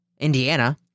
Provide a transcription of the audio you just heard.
Indiana